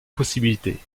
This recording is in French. possibilités